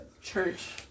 church